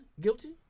Guilty